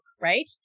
right